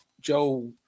Joe